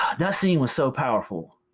that scene was so powerful.